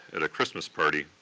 at a christmas party,